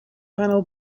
panel